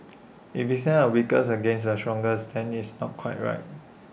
if we send our weakest against the strongest then it's not quite right